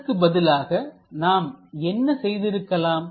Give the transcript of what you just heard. அதற்கு பதிலாக நாம் என்ன செய்திருக்கலாம்